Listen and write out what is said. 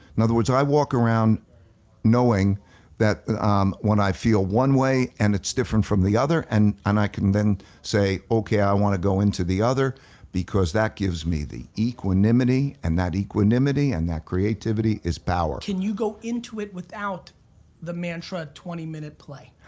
in other words, i walk around knowing that when i feel one way and it's different from the other, and and i can then say, okay, i want to go into the other because that gives me the equanimity and that equanimity and that creativity is power. can you go into it without the mantra twenty minute play?